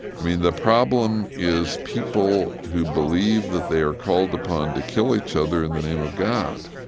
i mean, the problem is people who believe that they are called upon to kill each other in the name of god,